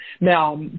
now